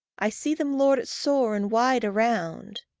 i see them lord it sore and wide around.